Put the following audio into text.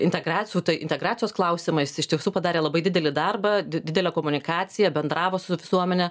integracijų tai integracijos klausimais iš tikrųjų padarė labai didelį darbą didelę komunikaciją bendravo su visuomene